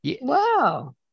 Wow